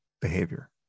behavior